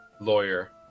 lawyer